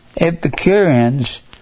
Epicureans